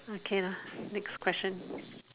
okay lah next question